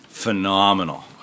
Phenomenal